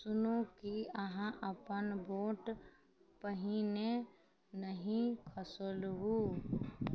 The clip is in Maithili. सुनू कि अहाँ अपन भोट पहिने नहि खसेलहुँ